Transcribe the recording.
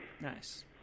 Nice